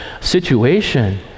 situation